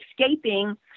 escaping